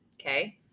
okay